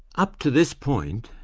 up to this point,